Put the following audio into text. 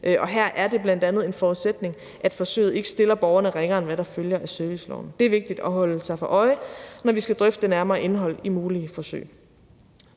og her er det bl.a. en forudsætning, at forsøget ikke stiller borgerne ringere, end hvad der følger af serviceloven. Det er vigtigt at holde sig for øje, når vi skal drøfte det nærmere indhold i mulige forsøg.